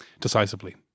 decisively